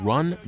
Run